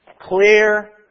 clear